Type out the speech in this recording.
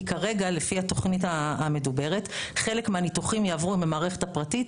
כי כרגע לפי התוכנית המדוברת חלק מהניתוחים יעברו מהמערכת הפרטית